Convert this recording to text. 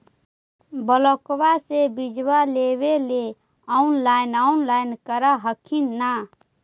ब्लोक्बा से बिजबा लेबेले ऑनलाइन ऑनलाईन कर हखिन न?